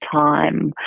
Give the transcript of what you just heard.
time